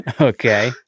okay